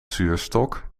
zuurstok